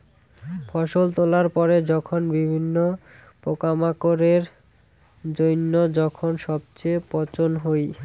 ফসল তোলার পরে যখন বিভিন্ন পোকামাকড়ের জইন্য যখন সবচেয়ে পচন হই